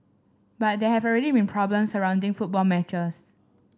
but there have already been problem surrounding football matches